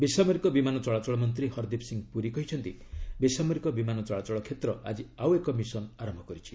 ବେସାମରିକ ବିମାନ ଚଳାଚଳ ମନ୍ତ୍ରୀ ହରଦୀପ ସିଂହ ପୁରୀ କହିଛନ୍ତି ବେସାମରିକ ବିମାନ ଚଳାଚଳ କ୍ଷେତ୍ର ଆଜି ଆଉ ଏକ ମିଶନ୍ ଆରମ୍ଭ କରିଛି